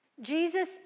Jesus